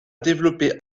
développer